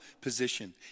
position